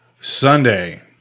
Sunday